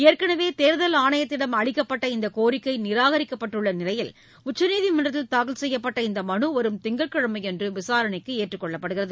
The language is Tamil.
ஏற்கனவே தேர்தல் ஆணையத்திடம் அளிக்கப்பட்ட இந்த கோரிக்கை நிராகரிக்கப்பட்டுள்ள நிலையில் உச்சநீதிமன்றத்தில் தாக்கல் செய்யப்பட்ட இந்த மனு வரும் திங்கட்கிழமையன்று விசாரணைக்கு ஏற்றுக் கொள்ளப்படுகிறது